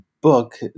book